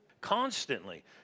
Constantly